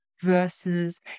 versus